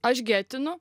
aš getinu